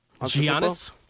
Giannis